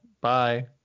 bye